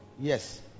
Yes